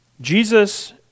Jesus